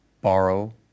borrow